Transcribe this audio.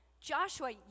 Joshua